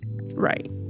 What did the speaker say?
Right